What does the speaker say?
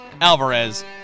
Alvarez